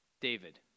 David